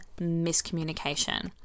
miscommunication